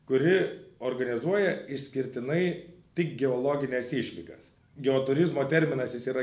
kuri organizuoja išskirtinai tik geologines išvykas geoturizmo terminas jis yra